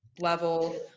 level